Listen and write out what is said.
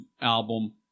album